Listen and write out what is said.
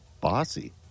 Bossy